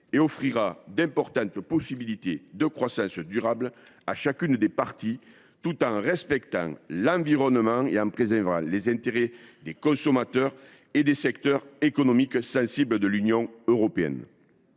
et offrira d’importantes possibilités de croissance durable à chacune des parties, tout en respectant l’environnement et en préservant les intérêts des consommateurs et des secteurs économiques sensibles de l’Union européenne.